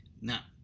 Now